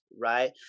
right